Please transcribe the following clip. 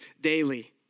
daily